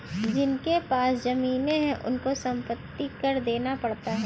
जिनके पास जमीने हैं उनको संपत्ति कर देना पड़ता है